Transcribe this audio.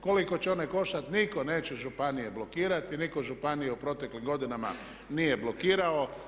Koliko će one koštati nitko neće županije blokirati i nitko županije u proteklim godinama nije blokirao.